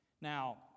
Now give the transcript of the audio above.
Now